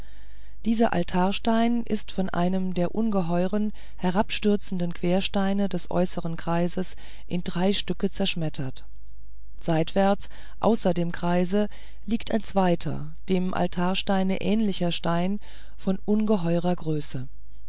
dieser altarstein ist von einem der ungeheuren herabgestürzten quersteine des äußeren kreises in drei stücke zerschmettert seitwärts außer dem kreise liegt ein zweiter dem altarsteine ähnlicher stein von ungeheurer größe